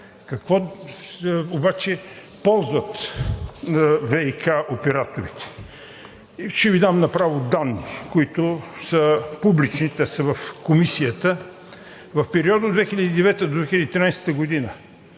Какво обаче ползват ВиК операторите? Ще Ви дам направо данни, които са публични – те са в Комисията. В периода от 2009-а до 2013 г.